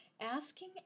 asking